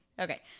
okay